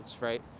right